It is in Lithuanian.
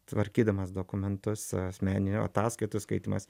tvarkydamas dokumentus asmeninių ataskaitų skaitymas